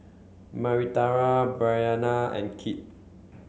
Marita Bryanna and Kit